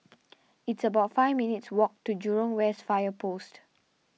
it's about five minutes' walk to Jurong West Fire Post